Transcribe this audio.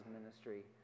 ministry